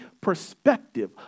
perspective